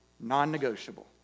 non-negotiable